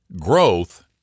growth